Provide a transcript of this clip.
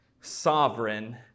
sovereign